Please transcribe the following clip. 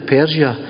Persia